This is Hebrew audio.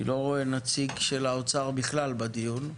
אני לא רואה נציג של האוצר בכלל בדיון.